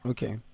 Okay